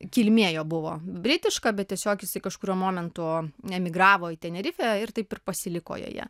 kilmė jo buvo britiška bet tiesiog jisai kažkuriuo momentu emigravo į tenerifę ir taip ir pasiliko joje